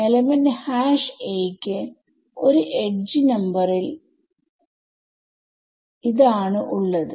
element a യ്ക്ക് ഒരു edge നമ്പറിൽ ആണ് ഉള്ളത്